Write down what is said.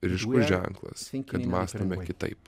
ryškus ženklas kad mąstome kitaip